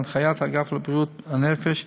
בהנחיית האגף לבריאות הנפש,